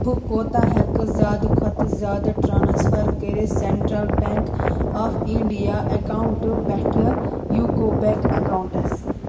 بہٕ کوتاہ ہٮ۪کہٕ زِیادٕ کھوتہٕ زِیادٕ ٹرانسفر کٔرِتھ central bank of India account پٮ۪ٹھٕ یوٗکو بیٚنٛک اٮ۪کاونٹَس